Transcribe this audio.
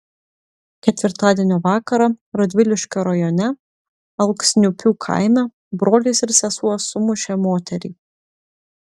ketvirtadienio vakarą radviliškio rajone alksniupių kaime brolis ir sesuo sumušė moterį